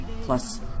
plus